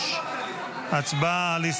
6. הצבעה.